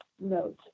note